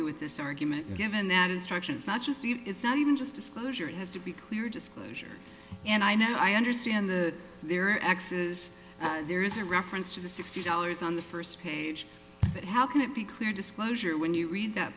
you with this argument given that instruction such as steve it's not even just disclosure has to be clear disclosure and i know i understand the their exes and there is a reference to the sixty dollars on the first page but how can it be clear disclosure when you read that